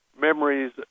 memories